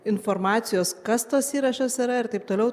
informacijos kas tas įrašas yra ir taip toliau